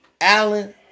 Allen